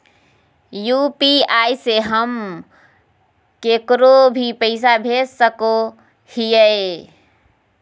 UPI से हम केकरो भी पैसा भेज सको हियै?